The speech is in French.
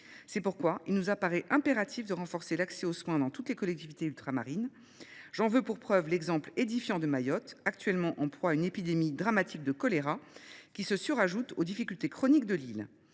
C’est pourquoi il nous apparaît impératif de renforcer l’accès aux soins dans toutes les collectivités ultramarines. J’en veux pour preuve l’exemple édifiant de Mayotte, actuellement en proie à une épidémie dramatique de choléra qui s’ajoute aux difficultés chroniques de l’île.